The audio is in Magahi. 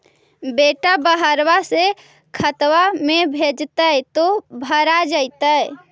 बेटा बहरबा से खतबा में भेजते तो भरा जैतय?